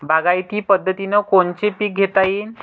बागायती पद्धतीनं कोनचे पीक घेता येईन?